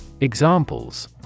Examples